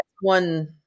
one